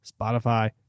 Spotify